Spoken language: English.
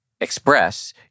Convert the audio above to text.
express